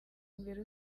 imbere